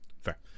fair